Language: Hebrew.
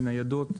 בניידות,